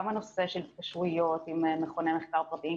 גם הנושא של התקשרויות עם מכוני מחקר פרטיים,